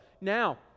Now